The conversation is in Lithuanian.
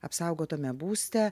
apsaugotame būste